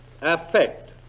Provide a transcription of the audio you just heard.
affect